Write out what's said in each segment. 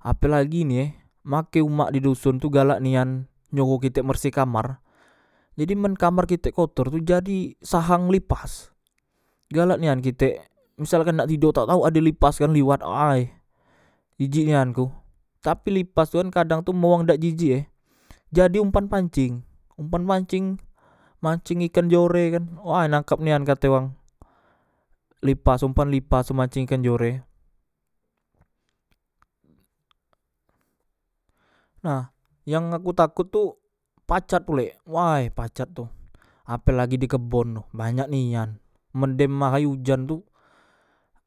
Ape lagi ini e make umak di doson tu galak nian nyoho kite besi kamar jadi men kamar kite kotor tu jadi sahang lipas galak nian kitek misal nak tido tau tau ade lipaskan liwat ay jijik nian ku tapi lipas tu kan men wang dak jijik e jadi umpan panceng umpan panceng manceng ikan jorekan way nangkap nia kate wang lipas umpan lipas manceng ikan jore nah yang aku takot tu pacat pulek way pacat tu ape lagi di kebon banyak nian men dem ahay ujan tu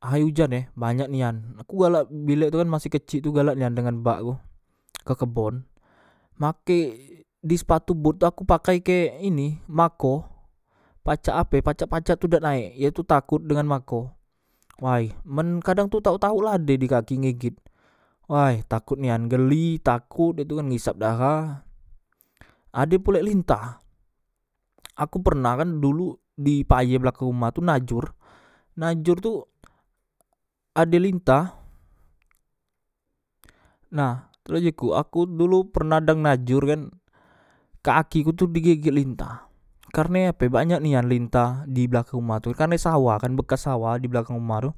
ahay ujan e banyak nian ku galak bilek tu kan masih kecik tu galak nian dengan bakku ke kebon makek disepatu but aku pakai ke ini mako pacak ape pacak pacat tu dak naek ye tu takot dengan mako way men kadang tu tauk tauk la ade di kaki ngeget way takot nian geli takot itu kan ngisap daha ade pulek lintah aku pernah kan dulu di paye belakag uma tu najor najor tu ade lintah nah tula jiku aku dulu pernah dang najor kan kakiku tu di geget lintah karne ape banyak nian lintah di belakang uma tu karne sawah kan bekas sawah di belakang uma tu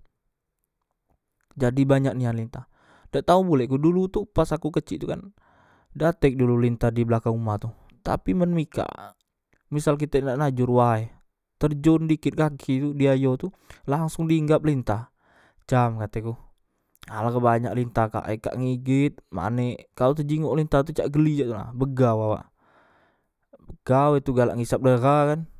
jadi banyaj nia lintah dak tau pulek dulu tu pas aku kecik tu kan dak tek dulu lintah di belakang uma tu tapi men mikak misal kite nak najor way terjon dikit kakitu di ayo tu langsong di inggap lintah cam kateku alangke banyak lintah kak e kak ngeget mane kau tu jinggok lintah tu cak geli tuna begau awak begau da tu galak ngisap dahakan